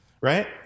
right